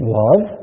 love